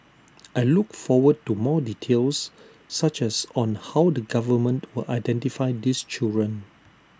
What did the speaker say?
I look forward to more details such as on how the government will identify these children